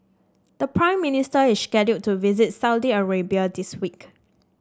the Prime Minister is scheduled to visit Saudi Arabia this week